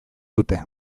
dute